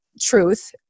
truth